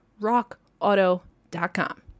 rockauto.com